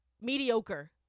Mediocre